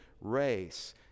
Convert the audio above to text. race